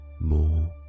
more